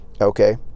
Okay